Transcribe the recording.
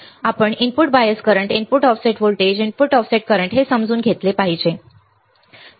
तर आपण input bias current input offset voltage input offset current बरोबर कसे सामोरे जाऊ शकतो हे समजून घेतले पाहिजे